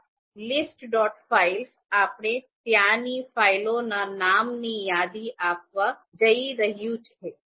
files આપણે ત્યાંની ફાઇલોના નામની યાદી આપવા જઈ રહ્યું છે